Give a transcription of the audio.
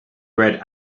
red